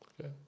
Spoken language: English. Okay